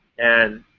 and